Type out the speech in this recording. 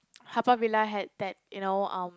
Haw-Par-Villa had that you know um